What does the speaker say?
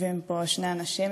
כשיושבים פה שני אנשים.